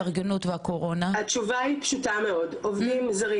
עובדים זרים בענף הסיעוד שחלה עליהם תקופת ההתארגנות,